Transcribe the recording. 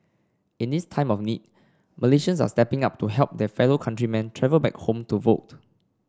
in this time of need Malaysians are stepping up to help their fellow countrymen travel back home to vote